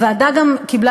הוועדה גם קיבלה,